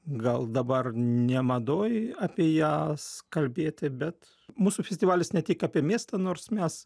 gal dabar ne madoj apie jas kalbėti bet mūsų festivalis ne tik apie miestą nors mes